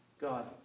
God